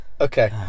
Okay